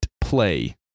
play